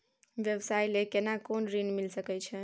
व्यवसाय ले केना कोन ऋन मिल सके छै?